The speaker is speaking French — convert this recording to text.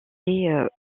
est